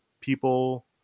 people